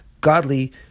godly